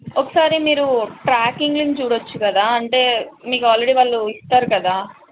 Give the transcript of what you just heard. ఒకసారి మీరు ట్రాకింగ్ని చూడవచ్చు కదా అంటే మీకు అల్రెడీ వాళ్ళు ఇస్తారు కదా